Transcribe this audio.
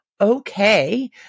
okay